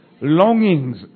longings